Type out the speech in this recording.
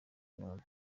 nama